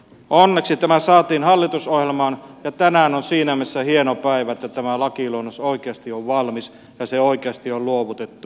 onneksi tämä saatiin hallitusohjelmaan ja tänään on siinä mielessä hieno päivä että tämä lakiluonnos oikeasti on valmis ja se oikeasti on luovutettu